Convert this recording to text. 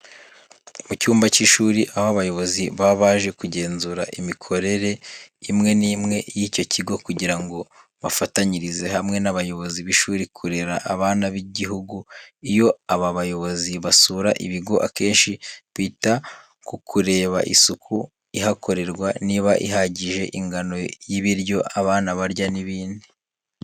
Mu cyumba cy'ishuri aho abayobozi baba baje kugenzura imikorere imwe n'imwe y'icyo kigo kugira ngo bafatanyirize hamwe n'abayobozi b'ishuri kurera abana b'igihugu. Iyo aba bayobozi basuye ibigo akenshi, bita kukureba isuku ihakorerwa niba ihagije, ingano y'ibiryo abana barya n'ibindi.